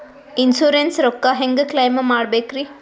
Insurance ರೊಕ್ಕ ಹೆಂಗ claim ಮಾಡ್ಬೇಕ್ರಿ?